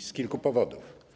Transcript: z kilku powodów.